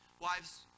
Wives